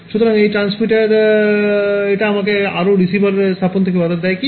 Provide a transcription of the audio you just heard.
সুতরাং এটি ট্রান্সমিটার এটা আমাকে এখানে আরও রিসিভার স্থাপন থেকে বাধা দেয় কি